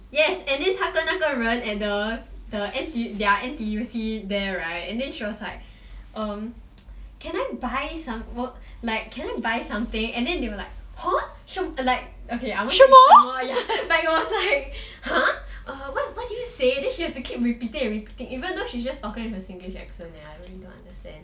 yes and then 他跟那个人 at the their N_T_U_C there right and then she was like um can I buy some like can I buy something and then they were like !huh! 什 like okay maybe not 什么 but it was like !huh! what did you say then she has to keep repeating and repeating even though she was just talking with her singlish accent eh I don't even understand